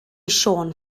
siôn